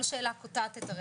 כל שאלה קוטעת את הרצף.